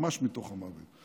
ממש מתוך המוות.